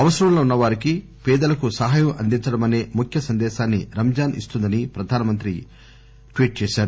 అవసరంలో ఉన్నవారికి పేదలకు సహాయం అందించడమనే ముఖ్య సందేశాన్ని రంజాన్ ఇస్తుందని ప్రధాని ట్వీట్ చేశారు